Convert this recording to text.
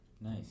Nice